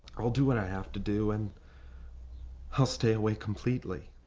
i will do what i have to do and ah stay away completely.